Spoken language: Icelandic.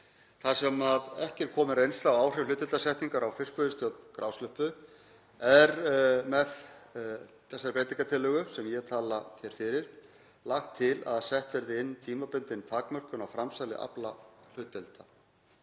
Þar sem ekki er komin reynsla á áhrif hlutdeildarsetningar á fiskveiðistjórn grásleppu er með þessari breytingartillögu sem ég tala hér fyrir lagt til að sett verði inn tímabundin takmörkun á framsali aflahlutdeilda.